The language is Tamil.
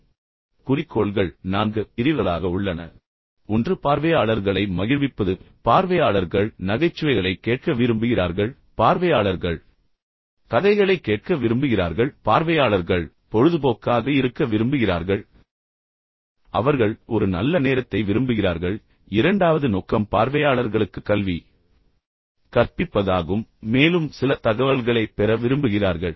எனவே குறிக்கோள்கள் நான்கு பிரிவுகளாக உள்ளன ஒன்று பார்வையாளர்களை மகிழ்விப்பது பார்வையாளர்கள் நகைச்சுவைகளைக் கேட்க விரும்புகிறார்கள் பார்வையாளர்கள் கதைகளைக் கேட்க விரும்புகிறார்கள் பார்வையாளர்கள் கதை கேட்க விரும்புகிறார்கள் பார்வையாளர்கள் வெறுமனே பொழுதுபோக்காக இருக்க விரும்புகிறார்கள் அவர்கள் ஒரு நல்ல நேரத்தை விரும்புகிறார்கள் ஆனால் இரண்டாவது நோக்கம் பார்வையாளர்களுக்கு கல்வி கற்பிப்பதாகும் மேலும் சில தகவல்களைப் பெற விரும்புகிறார்கள்